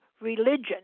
religion